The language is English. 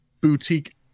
boutique